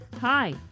Hi